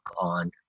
on